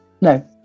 no